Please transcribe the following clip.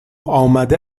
آمده